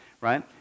right